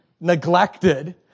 neglected